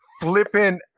flipping